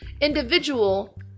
individual